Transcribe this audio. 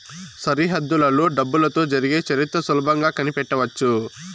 సరిహద్దులలో డబ్బులతో జరిగే చరిత్ర సులభంగా కనిపెట్టవచ్చు